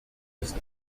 ist